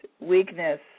Weakness